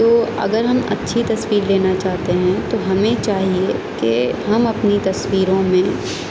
تو اگر ہم اچھی تصویر لینا چاہتے ہیں تو ہمیں چاہیے کہ ہم اپنی تصویروں میں